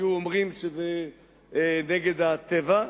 היו אומרים שזה נגד הטבע,